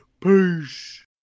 Peace